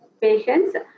patients